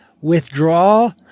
withdraw